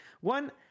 one